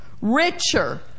richer